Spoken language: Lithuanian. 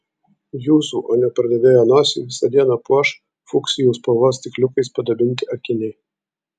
jūsų o ne pardavėjo nosį visą dieną puoš fuksijų spalvos stikliukais padabinti akiniai